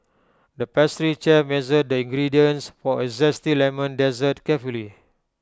the pastry chef measured the ingredients for A Zesty Lemon Dessert carefully